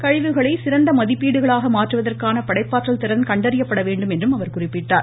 கழிவுகளை சிறந்த மதிப்பீடுகளாக மாற்றுவதற்கான படைப்பாற்றல் திறன் கண்டறியப்பட வேண்டும் என்றும் அவர் குறிப்பிட்டார்